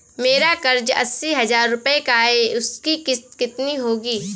मेरा कर्ज अस्सी हज़ार रुपये का है उसकी किश्त कितनी होगी?